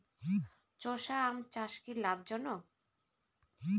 চোষা আম চাষ কি লাভজনক?